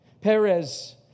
Perez